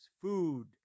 food